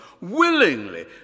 willingly